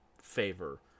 favor